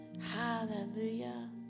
Hallelujah